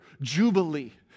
Jubilee